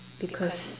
because